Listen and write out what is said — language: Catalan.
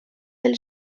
del